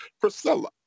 Priscilla